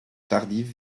tardive